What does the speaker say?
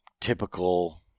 typical